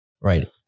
right